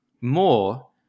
more